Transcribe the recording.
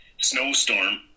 snowstorm